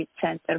center